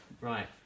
Right